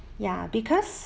ya because